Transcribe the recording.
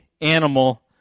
animal